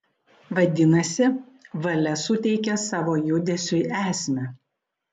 vadinasi valia suteikia savo judesiui esmę